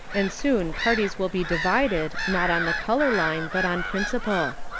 and soon parties will be divided, not on the color line, but on principle.